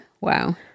wow